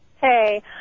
Hey